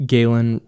Galen